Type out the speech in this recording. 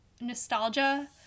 nostalgia